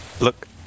Look